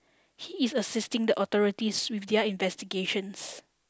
he is assisting the authorities with their investigations